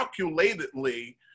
calculatedly